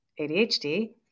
ADHD